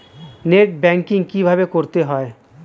Net banking কীভাবে করতে হয়?